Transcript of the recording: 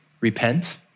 repent